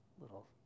little